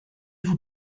vous